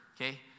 okay